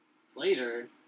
Slater